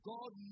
God